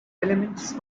elements